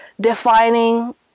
defining